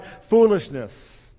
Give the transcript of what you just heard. foolishness